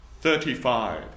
Thirty-five